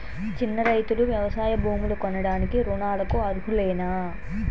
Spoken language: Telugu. చిన్న రైతులు వ్యవసాయ భూములు కొనడానికి రుణాలకు అర్హులేనా?